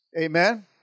amen